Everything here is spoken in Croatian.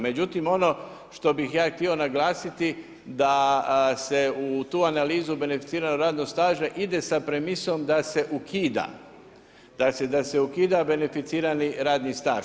Međutim, ono što bi ja htio naglasiti, da se u tu analizu beneficiranog radnog staža ide sa premisom da se ukida da se ukida beneficirani radni staž.